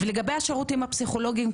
לגבי השירותים הפסיכולוגיים,